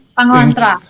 pangontra